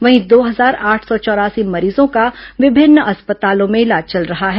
वहीं दो हजार आठ सौ चौरासी मरीजों का विभिन्न अस्पतालों में इलाज चल रहा है